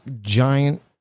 giant